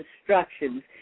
instructions